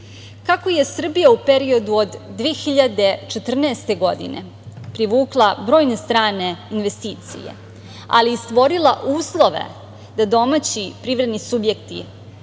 ovaj. Kako je Srbija u periodu od 2014. godine privukla brojne strane investicije, ali i stvorila uslove da domaće privredne subjekte